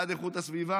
בעד איכות הסביבה,